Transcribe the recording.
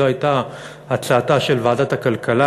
זו הייתה הצעתה של ועדת הכלכלה,